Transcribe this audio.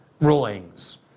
rulings